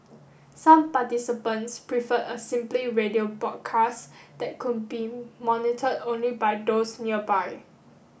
some participants preferred a simply radio broadcast that could be monitored only by those nearby